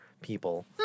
people